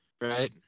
right